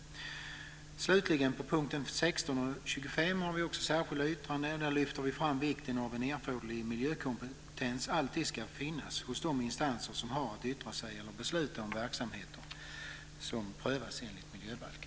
Slutligen har vi också särskilda yttranden när det gäller punkterna 16 och 25 där vi lyfter fram vikten av att en erforderlig miljökompetens alltid ska finnas hos de instanser som har att yttra sig eller besluta om verksamheten som prövas enligt miljöbalken.